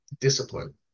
discipline